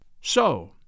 So